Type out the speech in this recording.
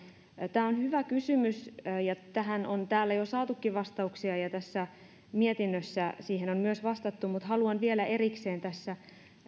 tämä on hyvä kysymys ja tähän on täällä jo saatukin vastauksia ja tässä mietinnössä siihen on myös vastattu mutta haluan vielä erikseen tässä